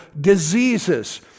diseases